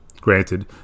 granted